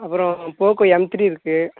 அப்புறம் Poco M three இருக்குது